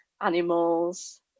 animals